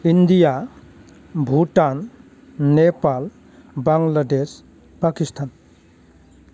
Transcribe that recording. India Bhutan Nepal Bangladesh Pakistan